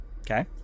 okay